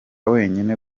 wenyine